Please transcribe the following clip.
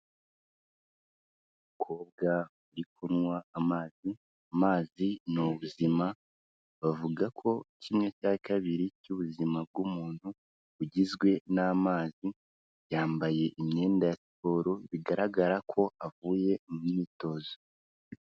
Umukobwa uri kunywa amazi. Amazi n'ubuzima bavuga ko kimwe cya kabiri cy'ubuzima bw'umuntu bugizwe n'amazi, yambaye imyenda ya siporo bigaragara ko avuye mu myitozo.